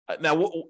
Now